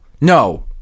No